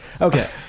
okay